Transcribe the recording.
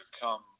come